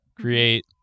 create